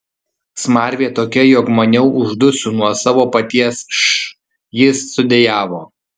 smarvė tokia jog maniau uždusiu nuo savo paties š jis sudejavo